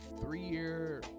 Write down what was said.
three-year